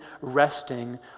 resting